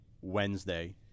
Wednesday